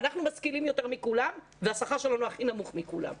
אנחנו משכילים יותר מכולם והשכר שלנו הכי נמוך מכולם.